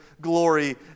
glory